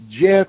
jeff